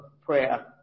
prayer